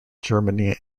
germany